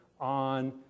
on